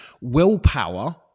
Willpower